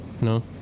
no